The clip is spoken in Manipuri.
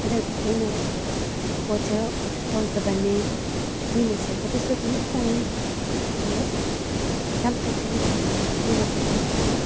ꯑꯗꯨꯒꯤ ꯑꯩꯅ ꯄꯣꯠꯁꯤ ꯑꯣꯗꯔ ꯇꯧꯖꯕꯅꯦ ꯃꯤꯅ ꯁꯦꯠꯄꯗꯁꯨ ꯑꯗꯨꯝ ꯎꯏ ꯑꯗꯨ ꯌꯥꯝ ꯐꯖꯩ ꯃꯤꯅ ꯁꯦꯠꯄꯗꯁꯨ